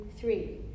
three